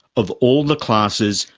of all the classes,